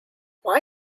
why